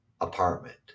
apartment